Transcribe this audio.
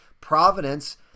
providence